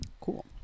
Cool